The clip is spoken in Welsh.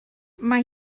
mae